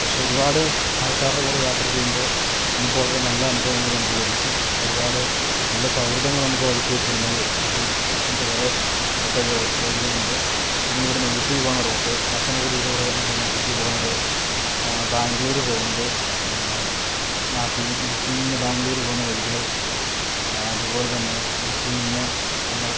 പക്ഷെ ഒരുപാട് ആൾക്കാരുടെ കൂടെ യാത്ര ചെയ്യുമ്പോൾ നമുക്ക് വളരെ നല്ല അനുഭവങ്ങള് നമുക്ക് ലഭിക്കും ഒരുപാട് നല്ല സൗഹൃദങ്ങള് നമുക്ക് വഴിക്ക് വെച്ച് തന്നെ കിട്ടും അങ്ങനത്തെ കുറെ അതൊരു വഴികളുണ്ട് പിന്നെ ഇവിടുന്ന് ഊട്ടി പോകുന്ന റൂട്ട് മസനഗുഡിയിലൂടെ നമ്മൾ ഊട്ടിക്ക് പോകുന്നത് ആ ബാംഗ്ലൂര് പോകുന്നത് ആ നാട്ടിൽ നിന്ന് ഇടുക്കിയിൽ നിന്ന് ബാംഗ്ലൂര് പോകുന്ന വഴികള് ആ അതുപോലെ തന്നെ ഇടുക്കിയിൽ നിന്ന് നമ്മൾ